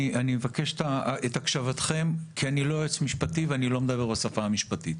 אני מבקש את הקשבתכם כי אני לא יועץ משפטי ואני לא מדבר בשפה המשפטית.